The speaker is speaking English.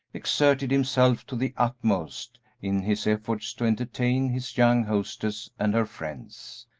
exerted himself to the utmost in his efforts to entertain his young hostess and her friends.